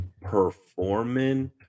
performing